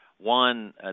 One